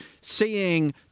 seeing